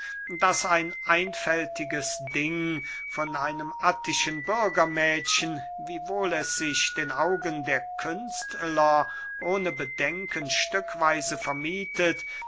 daß ein einfältiges ding von einem attischen bürgermädchen wiewohl es sich den augen der künstler ohne bedenken stückweise vermiethet